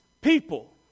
people